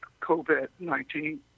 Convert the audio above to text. COVID-19